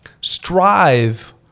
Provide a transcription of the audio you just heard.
Strive